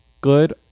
good